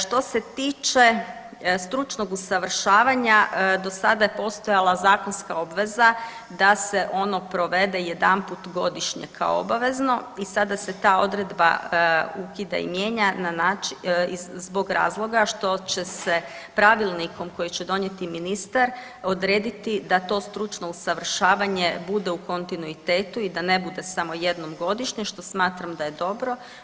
Što se tiče stručnog usavršavanja do sada je postojala zakonska obveza da se ono provede jedanput godišnje kao obavezno i sada se ta odredba ukida i mijenja zbog razloga što će se pravilnikom koji će donijeti ministar odrediti da to stručno usavršavanje bude u kontinuitetu i da ne bude samo jednom godišnje, što smatram da je dobro.